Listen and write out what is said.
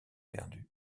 perdus